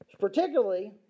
particularly